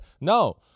No